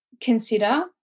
consider